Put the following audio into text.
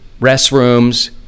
Restrooms